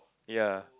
ya